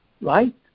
right